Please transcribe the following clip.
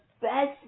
best